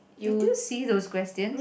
did you see those questions